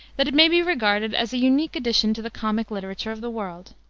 that it may be regarded as a unique addition to the comic literature of the world.